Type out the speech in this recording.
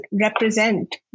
represent